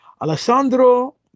Alessandro